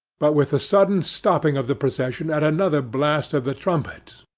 but with the sudden stopping of the procession at another blast of the trumpet,